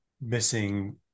missing –